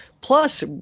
plus